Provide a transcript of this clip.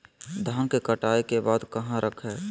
धान के कटाई के बाद कहा रखें?